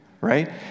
right